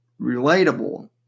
relatable